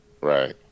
Right